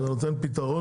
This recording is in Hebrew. זה נותן פתרון.